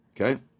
okay